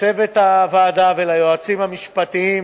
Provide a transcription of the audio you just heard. לצוות הוועדה וליועצים המשפטיים